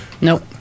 Nope